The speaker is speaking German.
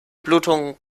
blutung